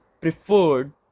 preferred